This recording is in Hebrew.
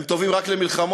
הם טובים רק למלחמות?